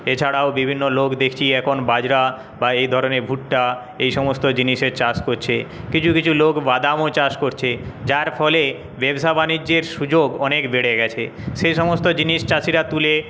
এছাড়াও বিভিন্ন লোক দেখছি এখন বাজরা বা এই ধরনের ভুট্টা এই সমস্ত জিনিসের চাষ করছে কিছু কিছু লোক বাদামও চাষ করছে যার ফলে ব্যবসা বাণিজ্যের সুযোগ অনেক বেড়ে গেছে সেই সমস্ত জিনিস চাষিরা তুলে